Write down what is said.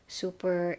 super